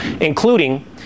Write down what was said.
including